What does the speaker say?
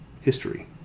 history